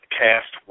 cast